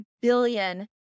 billion